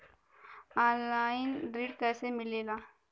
Online ऋण कैसे मिले ला?